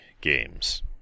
games